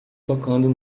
tocando